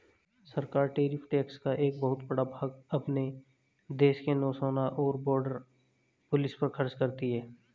सरकार tariff tax का एक बहुत बड़ा भाग अपने देश के नौसेना और बॉर्डर पुलिस पर खर्च करती हैं